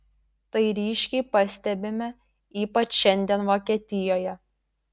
tai ryškiai pastebime ypač šiandien vokietijoje